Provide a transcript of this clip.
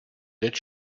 that